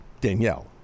Danielle